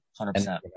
100%